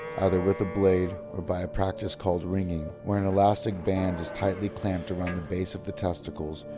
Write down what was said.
either with a blade, or by a practice called ringing, where an elastic band is tightly clamped around the base of the testicles,